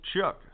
Chuck